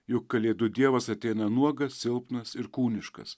juk kalėdų dievas ateina nuogas silpnas ir kūniškas